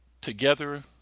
together